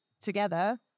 together